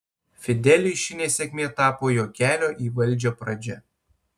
fideliui ši nesėkmė tapo jo kelio į valdžią pradžia